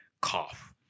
cough